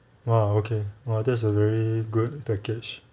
!wow! okay !wah! that's a very good package